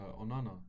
Onana